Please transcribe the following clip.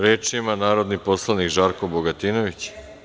Reč ima narodni poslanik Žarko Bogatinović.